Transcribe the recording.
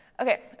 Okay